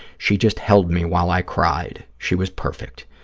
she just held me while i cried. she was perfect.